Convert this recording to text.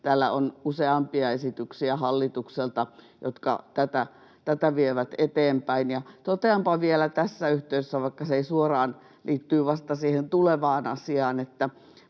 useampia esityksiä, jotka tätä vievät eteenpäin. Toteanpa vielä tässä yhteydessä, vaikka se liittyy vasta siihen tulevaan asiaan,